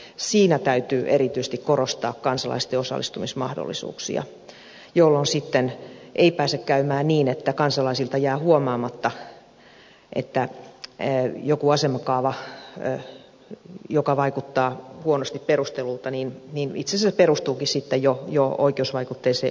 siinä täytyy erityisesti korostaa kansalaisten osallistumismahdollisuuksia jolloin sitten ei pääse käymään niin että kansalaisilta jää huomaamatta että joku asemakaava joka vaikuttaa huonosti perustellulta itse asiassa perustuukin sitten jo oikeusvaikutteiseen yleiskaavaan